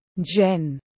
Jen